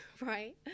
right